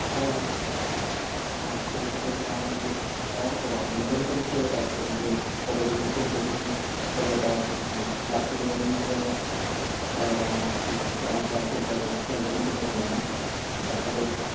हां हां क्रिकेटचं ग्राउंड हे तयार करू आपण मुलांकडून सगळं तयार करून घेऊ कबड्डीचं खो खोचं बीन सगळं तयार करून घेऊ बाकीचं रनिंगचं एक ग्राउंड तयार केलं पाहिजे शंभर मीटर रनिंग आहे ना त्यासाठी एक